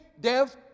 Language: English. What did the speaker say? dev